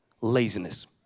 laziness